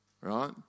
right